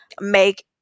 make